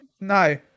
No